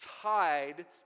tied